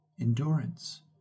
endurance